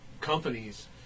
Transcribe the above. companies